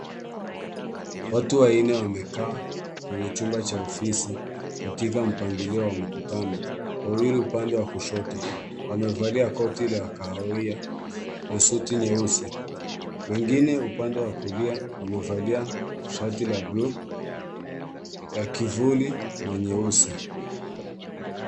Watu wanne wamekaa kwenye chumba cha ofisi katika mpangilio wa mkutano. Wawili upande wa kushoto wamevalia koti la kahawia na suti nyeusi. Wengine upande wa kulia wamevalia shati la blue la kivuli na nyeusi.